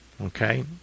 Okay